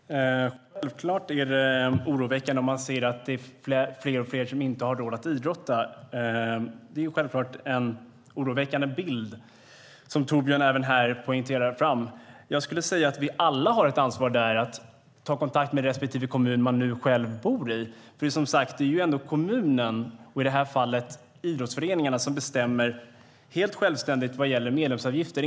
Herr talman! Självklart är det oroväckande om allt fler inte har råd att idrotta. Det är en oroväckande bild som Torbjörn Björlund poängterar. Jag skulle säga att vi alla har ett ansvar att ta kontakt med den kommun som man själv bor i, för det är som sagt kommunerna och i det här fallet idrottsföreningarna som helt självständigt beslutar om medlemsavgifter.